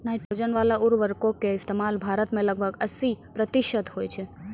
nitrogen बाला उर्वरको के इस्तेमाल भारत मे लगभग अस्सी प्रतिशत होय छै